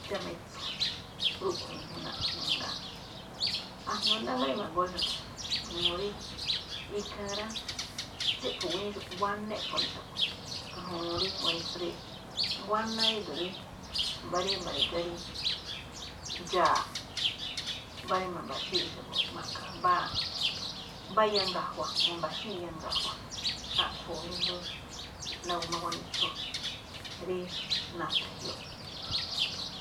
Ndxáma etso̱ rúꞌkhue̱n ñajuun naꞌphi̱i̱ mangaa, asndo náá rí ma̱goo xa̱bo̱, n uu rí ikhaa rá, tsíꞌpho̱ guéño ne̱, nguánáá i̱ꞌpho̱ ne xa̱bo̱. Ikhaa ñajuun rí ganitsu ríge̱ꞌ, nguanáá ído̱ rí mbá rí ma̱ri̱gá rí ndxa̱a̱, mbá rí ma̱mba̱xíi̱ xa̱bo̱ ma̱ꞌkha mbáa, iyanga̱jua̱ ma̱mba̱xíi̱n iyanga̱jua̱ꞌ, a̱ꞌkhue̱n ñajuun na̱gu̱ma ganitsu, rí na̱tha̱n ge̱jioꞌ.